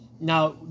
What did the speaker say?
Now